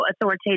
authoritative